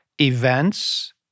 events